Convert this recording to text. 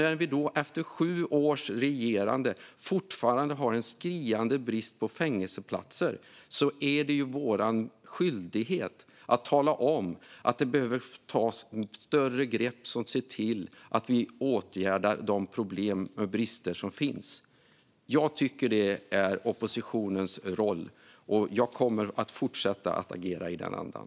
När vi fortfarande efter dessa sju års regerande har en skriande brist på fängelseplatser är det vår skyldighet att tala om att det behöver tas större grepp för att vi ska se till att de problem med brister som finns åtgärdas. Jag tycker att det är oppositionens roll, och jag kommer att fortsätta att agera i den andan.